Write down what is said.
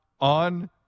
on